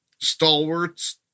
stalwarts